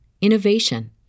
innovation